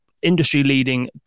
industry-leading